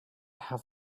have